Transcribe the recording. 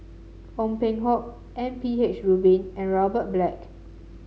Ong Peng Hock M P H Rubin and Robert Black